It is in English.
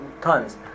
tons